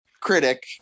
critic